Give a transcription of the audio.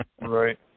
right